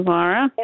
Laura